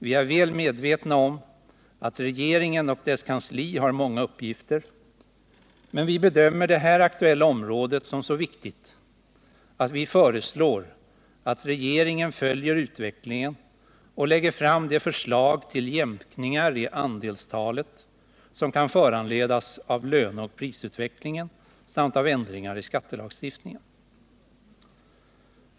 Vi är väl medvetna om att regeringen och dess kansli har många uppgifter men vi bedömer det här aktuella området som så viktigt att vi föreslår att regeringen följer utvecklingen och lägger fram de förslag till jämkningar i andelstalet som kan föranledas av löneoch prisutvecklingen samt av ändringar i skattelagstiftningen.